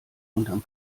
unterm